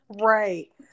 Right